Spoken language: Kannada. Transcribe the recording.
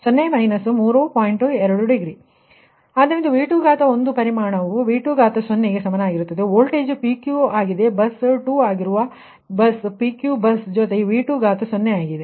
2 ಡಿಗ್ರಿ ಆದ್ದರಿಂದ V2 ಪರಿಮಾಣವು V2 ಗೆ ಸಮನಾಗಿರುತ್ತದೆ ವೋಲ್ಟೇಜ್ ಒಂದು PQ ಆಗಿದೆ ಬಸ್ 2 ಆಗಿರುವ ಬಸ್ PQ ಬಸ್ ಜೊತೆಗೆ V2 ಆಗಿದೆ